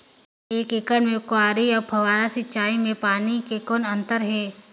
एक एकड़ म क्यारी अउ फव्वारा सिंचाई मे पानी के कौन अंतर हे?